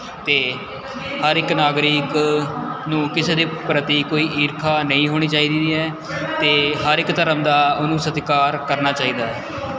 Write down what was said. ਅਤੇ ਹਰ ਇੱਕ ਨਾਗਰਿਕ ਨੂੰ ਕਿਸੇ ਦੇ ਪ੍ਰਤੀ ਕੋਈ ਈਰਖਾ ਨਹੀਂ ਹੋਣੀ ਚਾਹੀਦੀ ਹੈ ਅਤੇ ਹਰ ਇੱਕ ਧਰਮ ਦਾ ਉਹਨੂੰ ਸਤਿਕਾਰ ਕਰਨਾ ਚਾਹੀਦਾ ਹੈ